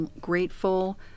grateful